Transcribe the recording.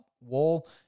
wall